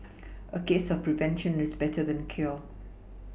a case of prevention is better than cure